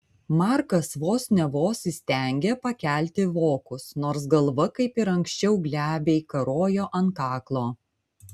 markas vos ne vos įstengė pakelti vokus nors galva kaip ir anksčiau glebiai karojo ant kaklo